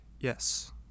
Yes